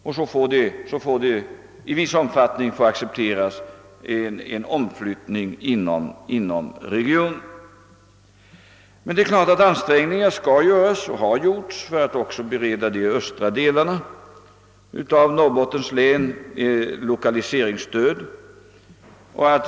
I viss utsträckning måste man alltså acceptera en omflyttning mellan regionerna. Ansträngningar skall naturligtvis göras och har också gjorts för att ge även de östra delarna av Norrbottens län lokaliseringsstöd.